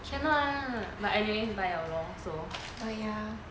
cannot lah like I already buy liao lor so